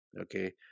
Okay